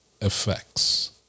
effects